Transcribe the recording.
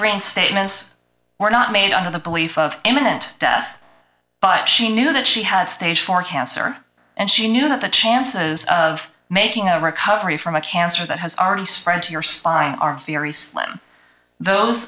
green statements were not made under the belief of imminent death but she knew that she had stage four cancer and she knew that the chances of making a recovery from a cancer that has already spread to your spine are very